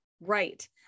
right